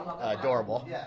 adorable